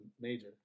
major